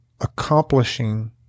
accomplishing